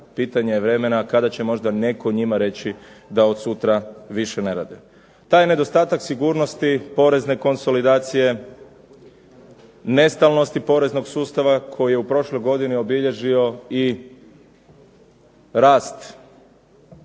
pitanje je vremena kada će nekome od njih netko sutra reći da više ne rade. Taj nedostatak sigurnosti porezne konsolidacije, nestalnosti poreznog sustava koji je u prošloj godini obilježio i rast